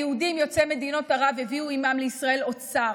היהודים יוצאי מדינות ערב הביאו עימם לישראל אוצר.